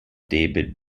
david